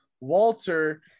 Walter